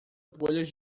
bolhas